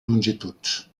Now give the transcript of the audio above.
longituds